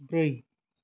ब्रै